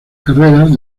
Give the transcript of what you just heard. carreras